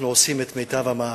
אנחנו עושים את מיטב המאמצים